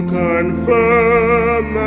confirm